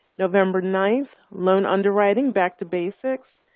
november ninth loan underwriting back to basics,